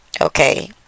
Okay